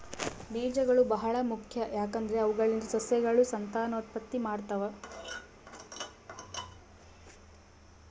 ಬೀಜಗಳು ಬಹಳ ಮುಖ್ಯ, ಯಾಕಂದ್ರೆ ಅವುಗಳಿಂದ ಸಸ್ಯಗಳು ಸಂತಾನೋತ್ಪತ್ತಿ ಮಾಡ್ತಾವ